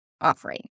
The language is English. offering